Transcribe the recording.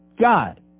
God